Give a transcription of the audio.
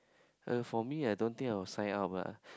uh for me I don't think I will sign up lah